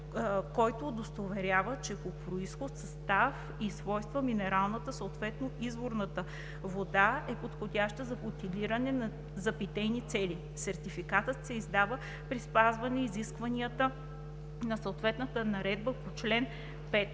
който удостоверява, че по произход, състав и свойства минералната, съответно изворната вода, е подходяща за бутилиране за питейни цели. Сертификатът се издава при спазване изискванията на съответната наредба по чл. 5.